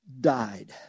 died